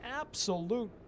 absolute